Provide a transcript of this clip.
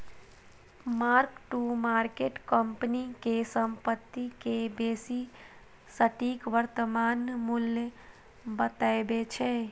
mark to market company के संपत्ति के बेसी सटीक वर्तमान मूल्य बतबै छै